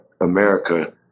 America